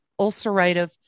ulcerative